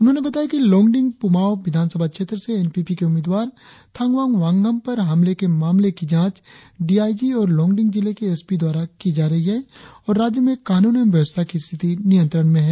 उन्होंने बताया कि लोंगडिंग पुमाव विधानसभा क्षेत्र से एनपीपी के उम्मीदवार थांगवांग वांगहम पर हमले के मामले की जांच डीआईजी और लोंगडिंग जिले के एसपी द्वारा की जा रही है और राज्य में कानून एवं व्यवस्था की स्थिति नियंत्रण में है